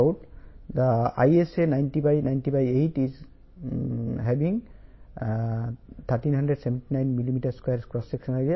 Fe 410 grade steel ను తీసుకోండి